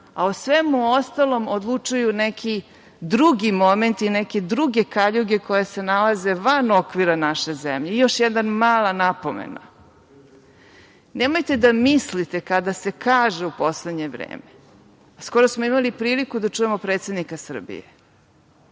a o svemu ostalo odlučuju neki drugi momenti, neke druge kaljuge koje se nalaze van okvira naše zemlje. Još jedna mala napomena, nemojte da mislite kada se kaže u poslednje vreme, to smo imali priliku da čujemo predsednika Srbije,